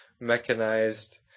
mechanized